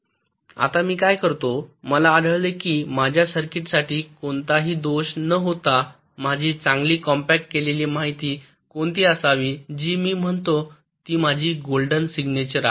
आता मी काय करतो मला आढळले की माझ्या सर्किटसाठी कोणताही दोष न होता माझी चांगली कॉम्पॅक्ट केलेली माहिती कोणती असावी जी मी म्हणतो ती माझी गोल्डन सिग्नेचर आहे